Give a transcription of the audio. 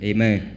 Amen